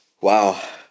Wow